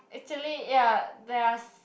actually ya there are